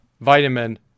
vitamin